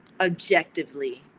objectively